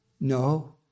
no